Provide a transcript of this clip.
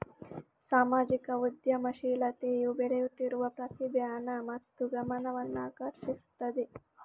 ಸಾಮಾಜಿಕ ಉದ್ಯಮಶೀಲತೆಯು ಬೆಳೆಯುತ್ತಿರುವ ಪ್ರತಿಭೆ, ಹಣ ಮತ್ತು ಗಮನವನ್ನು ಆಕರ್ಷಿಸುತ್ತಿದೆ